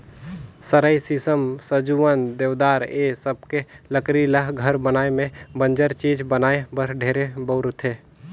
सरई, सीसम, सजुवन, देवदार ए सबके लकरी ल घर बनाये में बंजर चीज बनाये बर ढेरे बउरथे